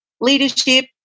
leadership